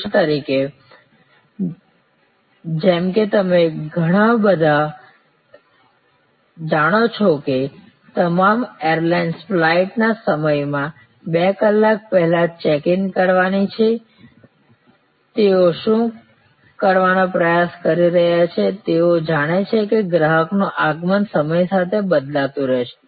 ઉદાહરણ તરીકે જેમ કે તમે બધા જાણો છો કે તમામ એરલાઇન્સ ફ્લાઇટના સમયના બે કલાક પહેલા ચેક ઇન કરવાની છે તેઓ શું કરવાનો પ્રયાસ કરી રહ્યા છે તેઓ જાણે છે કે ગ્રાહકનું આગમન સમય સાથે બદલાતું રહેશે